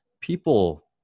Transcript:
People